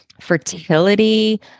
fertility